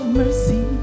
mercy